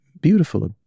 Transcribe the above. beautiful